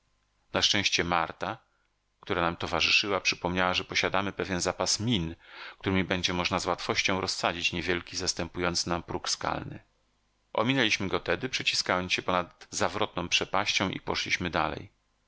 na szczęście marta która nam towarzyszyła przypomniała że posiadamy pewien zapas min któremi będzie można z łatwością rozsadzić niewielki zastępujący nam próg skalny ominęliśmy go tedy przeciskając się ponad zawrotną przepaścią i poszliśmy dalej